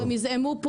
הם יזעמו,